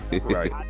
Right